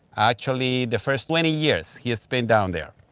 actually the first twenty years he has spent down there.